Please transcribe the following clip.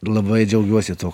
labai džiaugiuosi tuo